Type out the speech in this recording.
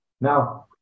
Now